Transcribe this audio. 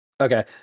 Okay